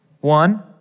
One